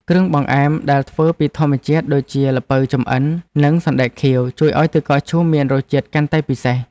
គ្រឿងបង្អែមដែលធ្វើពីធម្មជាតិដូចជាល្ពៅចម្អិននិងសណ្តែកខៀវជួយឱ្យទឹកកកឈូសមានរសជាតិកាន់តែពិសេស។